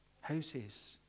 Houses